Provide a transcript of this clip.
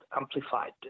amplified